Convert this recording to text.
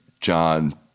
John